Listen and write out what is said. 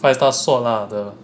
five stars sword lah !duh!